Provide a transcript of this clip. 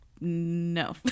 no